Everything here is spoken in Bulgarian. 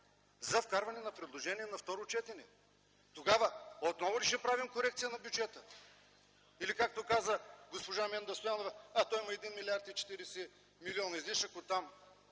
за вкарване на предложение на второ четене. Тогава отново ли ще правим корекция на бюджета? Или, както каза госпожа Менда Стоянова: а, то има 1 млрд. 40 млн. излишък и от там